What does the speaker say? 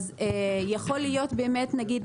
אז באמת יכול להיות; למשל,